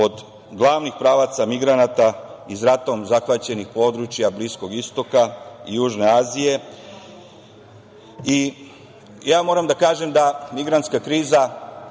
od glavnih pravaca migranata iz ratom zahvaćenih područja Bliskog istoka, Južne Azije. Moram da kažem da migrantska kriza